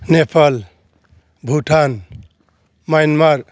Nepal Bhutan Myanmar